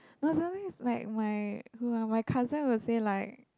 no suddenly it's like my who are my cousin will say like